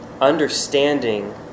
understanding